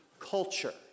culture